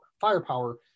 firepower